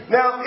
Now